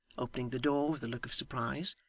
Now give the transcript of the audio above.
opening the door with a look of surprise.